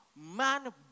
man